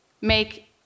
make